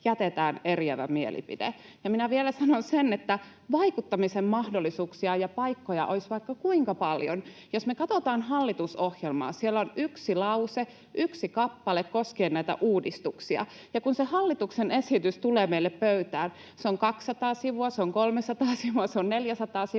jätetään eriävä mielipide. Minä vielä sanon sen, että vaikuttamisen mahdollisuuksia ja paikkoja olisi vaikka kuinka paljon. Jos me katsotaan hallitusohjelmaa, siellä on yksi kappale koskien näitä uudistuksia. Ja kun se hallituksen esitys tulee meille pöytään, se on 200 sivua, se on 300 sivua, se on 400 sivua,